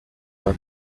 her